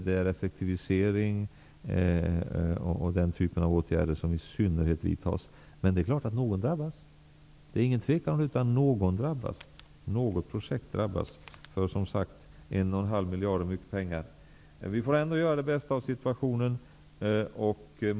Det är i synnerhet åtgärder som effektiviseringar som vidtas. Men det är klart att någon drabbas. Det råder inga tvivel om att något projekt drabbas. 1,5 miljarder är mycket pengar. Vi får göra det bästa av situationen.